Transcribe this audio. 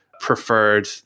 preferred